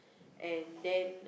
and then